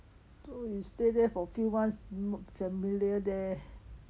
though you stay there for few months mo~ familiar there